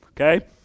okay